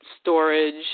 storage